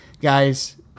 Guys